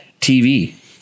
TV